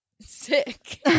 sick